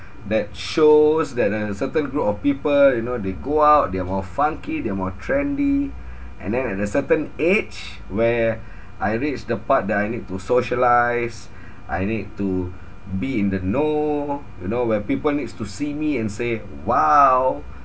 that shows that a certain group of people you know they go out they're more funky they're more trendy and then at a certain age where I reached the part that I need to socialise I need to be in the know you know where people needs to see me and say !wow!